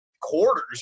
quarters